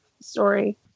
story